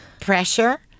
Pressure